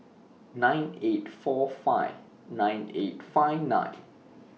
nine eight four five nine eight five nine